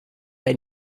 they